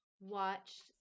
watched